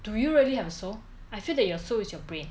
do you really have a soul I feel that your soul is your brain